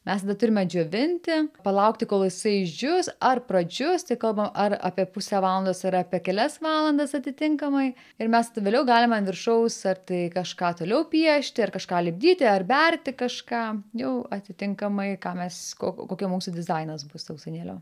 mes tada turime džiovinti palaukti kol jisai išdžius ar pradžius tai kalbam ar apie pusę valandos ar apie kelias valandas atitinkamai ir mest vėliau galima an viršaus ar tai kažką toliau piešti ar kažką lipdyti ar berti kažką jau atitinkamai ką mes ko kokie mūsų dizainas bus sausanėlio